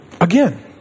Again